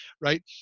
right